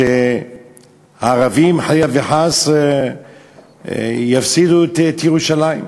הערבים, חלילה וחס, יפסידו את ירושלים.